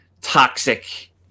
toxic